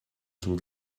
schon